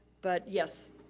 but yes.